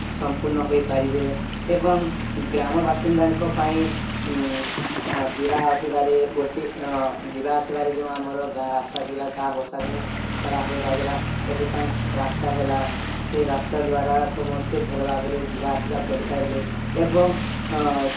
ସମ୍ପୂର୍ଣ୍ଣ ହୋଇପାରିବେ ଏବଂ ଗ୍ରାମବାସିୀନ୍ଦାଙ୍କ ପାଇଁ ଯିବା ଆସିବାରେ ଗୋଟିଏ ଯିବା ଆସିବାରେ ଯେଉଁ ଆମର ଗାଁ ରାସ୍ତା ଥିଲା ତାହା ବର୍ଷା ଦିନେ ଖରାପ ହୋଇଯାଉଥିଲା ସେଥିପାଇଁ ରାସ୍ତା ହେଲା ସେ ରାସ୍ତା ଦ୍ୱାରା ସମସ୍ତେ ଭଲ ଭାବରେ ଯିବା ଆସିବା କରିପାରିଲେ ଏବଂ